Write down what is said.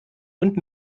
und